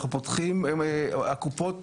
הקופות